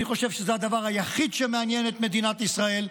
אני חושב שזה הדבר היחיד שמעניין את מדינת ישראל.